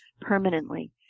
permanently